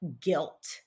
guilt